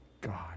God